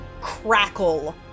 crackle